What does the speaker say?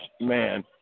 man